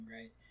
right